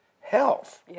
Health